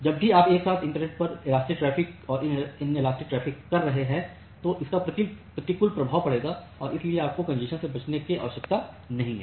जब भी आप एक साथ इंटरनेट पर इलास्टिक ट्रैफ़िक और इनलेटस्टिक ट्रैफ़िक ट्रांसफर कर रहे हैं तो इसका प्रतिकूल प्रभाव पड़ेगा और इसीलिए आपको कॅन्जेशन से बचने की आवश्यकता है